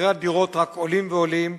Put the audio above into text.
מחירי הדירות רק עולים ועולים,